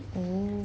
oh